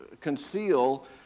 conceal